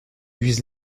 use